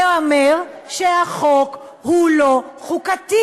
זה אומר שהחוק הוא לא חוקתי.